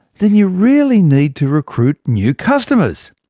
then you really need to recruit new customers.